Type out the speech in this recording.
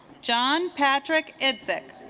john patrick itzik